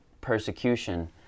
persecution